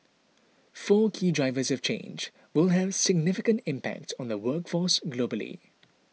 four key drivers of change will have significant impact on the workforce globally